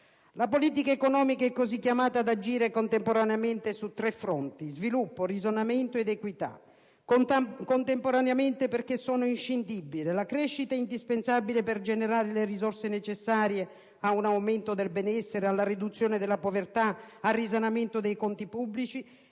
La politica economica è così chiamata ad agire contemporaneamente su tre fronti: sviluppo, risanamento ed equità. Contemporaneamente, perché sono inscindibili. La crescita è indispensabile per generare le risorse necessarie ad un aumento del benessere, alla riduzione della povertà, al risanamento dei conti pubblici;